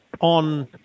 on